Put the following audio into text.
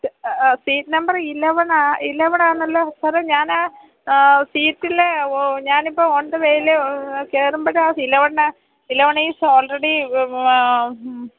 seat number ഇലവണാണ് ഇലവനാണല്ലോ സാറേ ഞാന് സീറ്റിലെ ഞാനിപ്പോള് ഓൺ ഥ വേയില് കയറുമ്പോഴാണ് ഇലവൻ ഇലവൻ ഈസ് ഓൾറെഡി